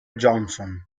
johnson